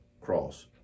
cross